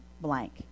blank